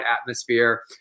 atmosphere